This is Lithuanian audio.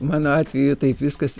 mano atveju taip viskas